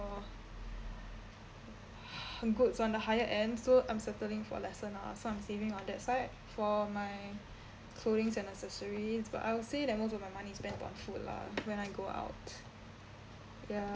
goods on the higher end so I'm settling for lesser now lah so I'm saving on that side for my clothings and necessary but I would say that most of my money spent on food lah when I go out ya